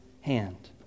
hand